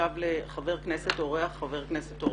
ידברו לסירוגין חבר כנסת ואורח.